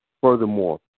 furthermore